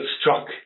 struck